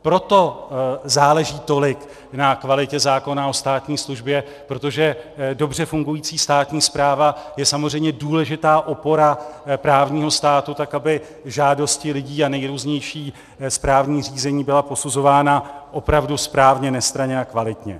Proto záleží tolik na kvalitě zákona o státní službě, protože dobře fungující státní správa je samozřejmě důležitá opora právního státu, tak aby žádosti lidí a nejrůznější správní řízení byly posuzovány opravdu správně, nestranně a kvalitně.